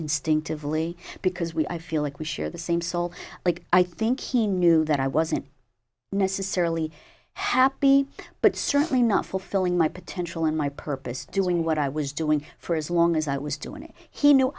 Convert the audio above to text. instinctively because we i feel like we share the same soul like i think he knew that i wasn't necessarily happy but certainly not fulfilling my potential in my purpose doing what i was doing for as long as i was doing it he knew